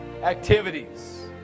activities